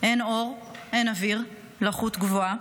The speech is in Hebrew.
אין אור, אין אוויר, לחות גבוהה,